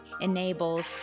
enables